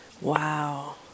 Wow